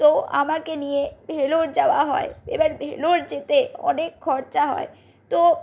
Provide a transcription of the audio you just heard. তো আমাকে নিয়ে ভেলোর যাওয়া হয় এবার ভেলোর যেতে অনেক খরচা হয় তো